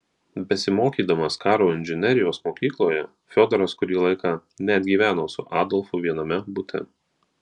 besimokydamas karo inžinerijos mokykloje fiodoras kurį laiką net gyveno su adolfu viename bute